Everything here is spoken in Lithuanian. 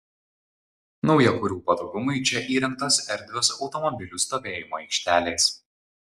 naujakurių patogumui čia įrengtos erdvios automobilių stovėjimo aikštelės